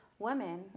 Women